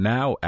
Now